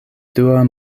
dua